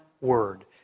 word